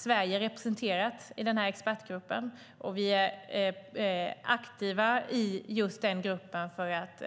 Sverige är representerat i expertgruppen, och vi är aktiva i just den gruppen för att